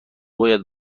باید